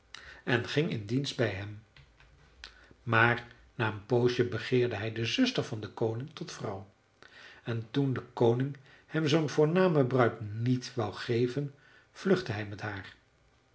en ging in dienst bij hem maar na een poosje begeerde hij de zuster van den koning tot vrouw en toen de koning hem zoo'n voorname bruid niet wou geven vluchtte hij met haar